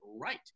right